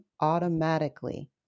automatically